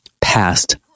past